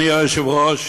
אדוני היושב-ראש,